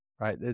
right